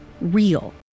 Real